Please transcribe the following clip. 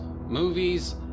movies